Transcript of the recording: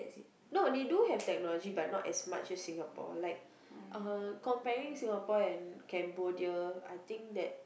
no they do have technology but not as much as Singapore like uh comparing Singapore and Cambodia I think that